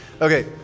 Okay